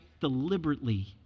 deliberately